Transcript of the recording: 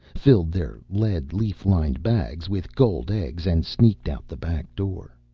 filled their lead-leaf-lined bags with gold eggs, and sneaked out the back door.